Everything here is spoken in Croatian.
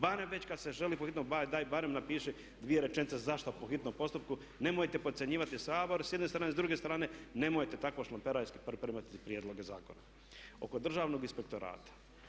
Barem već kad se želi po hitnom, daj barem napiši dvije rečenice zašto po hitnom postupku, nemojte procjenjivati Sabor s jedne strane, s druge strane nemojte takvo šlameperajski pripremati prijedloge zakona oko državnog inspektorata.